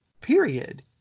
period